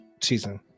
season